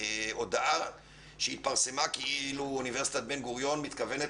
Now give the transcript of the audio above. הודעה שהתפרסמה שלפיה אוניברסיטת בן גוריון מתכוונת